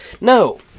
No